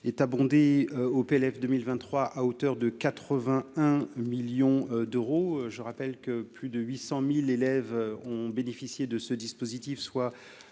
est abondé au PLF 2023 à hauteur de 81 millions d'euros, je rappelle que plus de 800000 élèves ont bénéficié de ce dispositif, soit